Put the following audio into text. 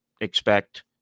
expect